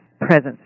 presence